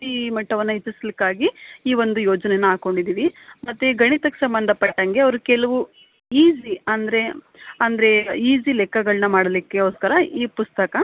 ಬುದ್ದಿ ಮಟ್ಟವನ್ನು ಹೆಚ್ಚಿಸಲಿಕ್ಕಾಗಿ ಈ ಒಂದು ಯೋಜನೇನ ಹಾಕೊಂಡಿದ್ದೀವಿ ಮತ್ತೆ ಗಣಿತಕ್ಕೆ ಸಂಬಂಧಪಟ್ಟಂಗೆ ಅವರು ಕೆಲವು ಈಸಿ ಅಂದರೆ ಅಂದರೆ ಈಸಿ ಲೆಕ್ಕಗಳನ್ನ ಮಾಡಲಿಕ್ಕೋಸ್ಕರ ಈ ಪುಸ್ತಕ